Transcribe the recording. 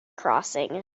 crossing